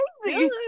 crazy